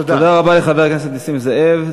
תודה רבה לחבר הכנסת נסים זאב.